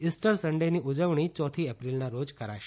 Easter સન્ડેની ઉજવણી યોથી એપ્રિલના રોજ કરાશે